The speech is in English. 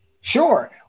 Sure